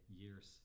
years